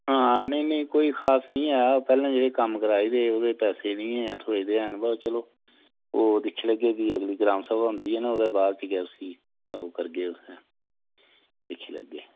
हां नेईं नेईं कोई खास निं ऐ पैह्लें जेह्ड़े कम्म कराए दे हे उदे पैसे निं ऐ थ्होए दे हैन वा चलो ओह् दिक्खी लैगे फ्ही अगली ग्राम सभा होंदी ऐ ना उदे बाद 'च गै उसी ओह् करगे उत्थै दिक्खी लैगे